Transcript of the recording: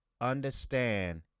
understand